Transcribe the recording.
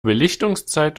belichtungszeit